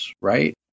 right